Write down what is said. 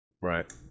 Right